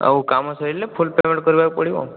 ଆଉ କାମ ସରି ଲେ ଫୁଲ ପେମେଣ୍ଟ କରିବାକୁ ପଡ଼ିବ ଆଉ